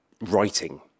writing